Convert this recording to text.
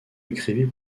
écrivit